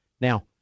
Now